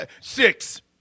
six